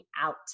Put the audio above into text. out